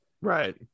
Right